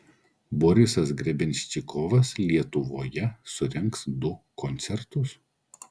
borisas grebenščikovas lietuvoje surengs du koncertus